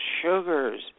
sugars